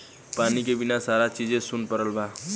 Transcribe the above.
पानी के बिना सारा चीजे सुन परल बा